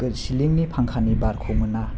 सिलिंनि फांखानि बारखौ मोना